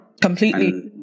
completely